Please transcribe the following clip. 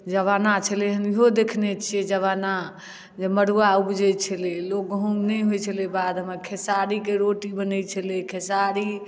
जमाना छलै हन इहो देखने छियै जमाना जे मड़ुआ उपजैत छलै लोक गहुँम नहि होइ छलै बाधमे खेसारीके रोटी बनै छलै खेसारी